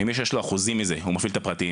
עם מי שיש לו אחוזים מזה הוא מפעיל את הפרטיים,